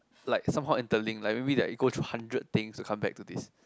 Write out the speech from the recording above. like somehow interlink like maybe like you go through hundred things to come back to this